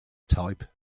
type